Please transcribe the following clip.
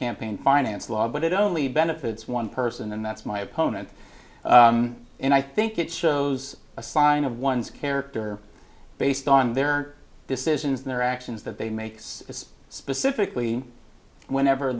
campaign finance law but it only benefits one person and that's my opponent and i think it shows a sign of one's character based on their decisions their actions that they makes is specifically whenever